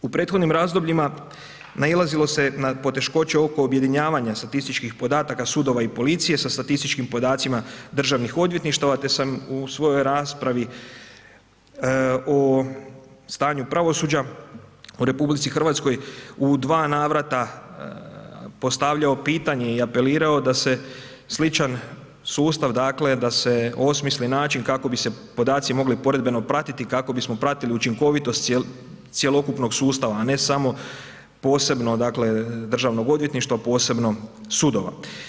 U prethodnim razdobljima nailazilo se na poteškoće oko objedinjavanja statističkih podataka sudova i policije sa statističkim podacima državnih odvjetništava te sam u svojoj raspravi o stanju pravosuđa u RH u dva navrata postavljao pitanje i apelirao da se sličan sustav, dakle da se osmisli način kako bi se podaci mogli poredbeno pratiti kako bismo pratili učinkovitost cjelokupnog sustava, a ne samo posebno dakle državnog odvjetništva, posebno sudova.